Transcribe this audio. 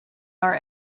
our